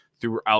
throughout